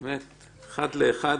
באמת אחד לאחד.